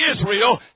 Israel